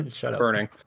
Burning